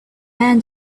man